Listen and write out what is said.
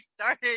started